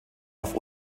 auf